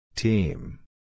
Team